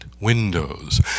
windows